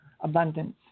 abundance